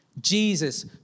Jesus